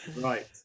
Right